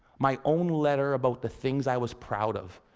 my own letter about the things i was proud of.